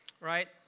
right